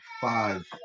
five